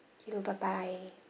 thank you bye bye